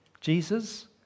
Jesus